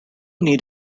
need